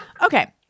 Okay